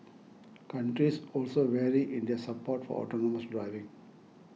countries also vary in their support for autonomous driving